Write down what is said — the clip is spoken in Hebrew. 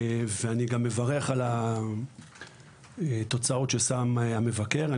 אני גם מברך על התוצאות ששם המבקר.